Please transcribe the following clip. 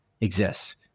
exists